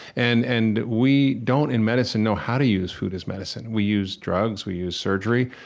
and and we don't, in medicine, know how to use food as medicine. we use drugs, we use surgery,